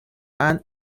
and